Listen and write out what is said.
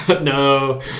No